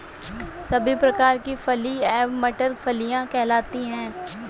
सभी प्रकार की फली एवं मटर फलियां कहलाती हैं